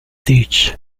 ditch